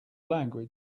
language